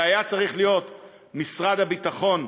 שהיה צריך להיות משרד הביטחון,